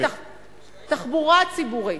תחבורה ציבורית.